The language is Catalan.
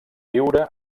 viure